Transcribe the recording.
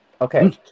Okay